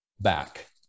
back